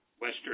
Western